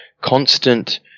constant